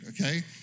Okay